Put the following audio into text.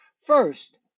First